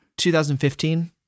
2015